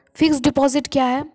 Fixed deposit क्या हैं?